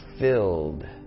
filled